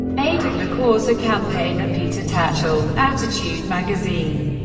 aiding the cause are campaigner peter tatchell, attitude magazine,